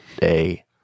day